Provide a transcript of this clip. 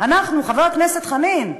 אנחנו, חבר הכנסת חנין,